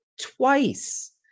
twice